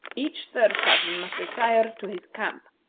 each third cousin must retire to his camp,